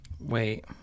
Wait